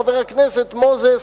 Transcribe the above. חבר הכנסת מוזס,